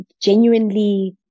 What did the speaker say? genuinely